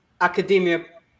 academia